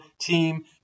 team